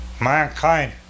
mankind